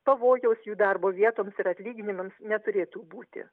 pavojaus jų darbo vietoms ir atlyginimams neturėtų būti